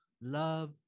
love